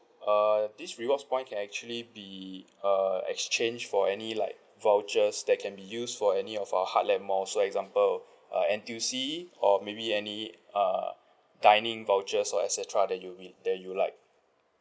uh this rewards point can actually be err exchanged for any like vouchers that can be used for any of our heartland malls for example N_T_U_C or maybe any err dining vouchers or et cetera that you'll be that you like